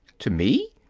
to me!